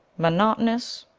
monotonous?